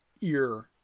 ear